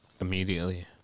Immediately